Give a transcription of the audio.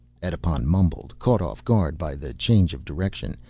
edipon mumbled, caught off guard by the change of direction,